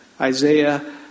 Isaiah